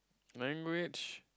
language